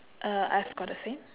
uh I've got the same